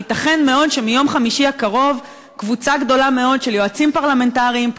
וייתכן מאוד שמיום חמישי הקרוב קבוצה גדולה מאוד של יועצים פרלמנטריים,